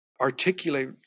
articulate